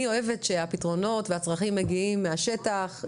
אוהבת זה שהפתרונות והצרכים באים מהשטח,